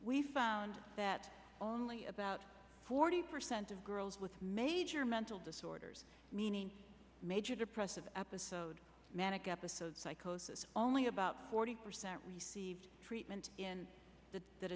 we found that only about forty percent of girls with major mental disorders meaning major depressive episode manic episode psychosis only about forty percent received treatment in th